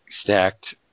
stacked